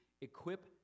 Equip